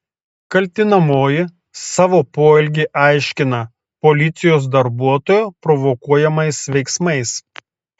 kaltinamoji savo poelgį aiškina policijos darbuotojo provokuojamais veiksmais